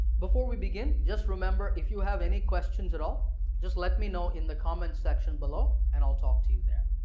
before we begin just remember if you have any questions at all just let me know in the comments section below and i'll talk to you there.